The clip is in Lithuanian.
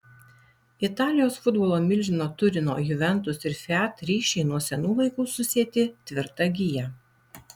italijos futbolo milžino turino juventus ir fiat ryšiai nuo senų laikų susieti tvirta gija